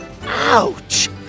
Ouch